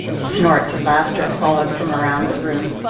snorts of laughter followed from around the room.